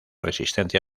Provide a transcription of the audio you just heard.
resistencia